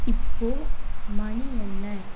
இப்போது மணி என்ன